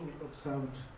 observed